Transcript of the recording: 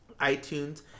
iTunes